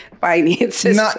Finances